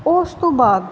ਉਸ ਤੋਂ ਬਾਅਦ